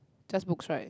just books right